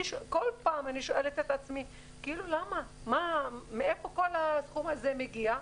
כל פעם אני שואלת את עצמי למה הסכום כל-כך גבוה.